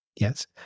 Yes